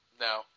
no